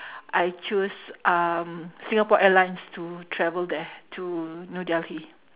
I choose um singapore airlines to travel there to new delhi